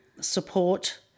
support